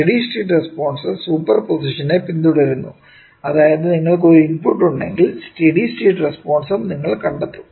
steady state response super പൊസിഷനെ പിന്തുടരുന്നു അതായത് നിങ്ങൾക്ക് ഒരു ഇൻപുട്ട് ഉണ്ടെങ്കിൽ സ്റ്റെഡി സ്റ്റേറ്റ് റെസ്പോൺസും നിങ്ങൾ കണ്ടെത്തും